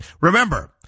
Remember